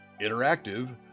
interactive